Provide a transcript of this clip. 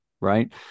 right